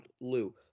Lou